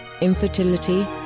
infertility